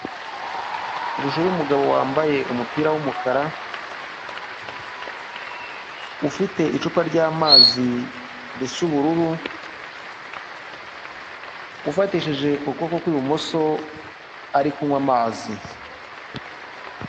Ishusho y'umugabo wambaye umupira w'umukara, ufite icupa ry'amazi risa ubururu, ufatishije ukuboko kw'ibumoso ari kunywa amazi.